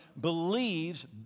believes